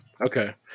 Okay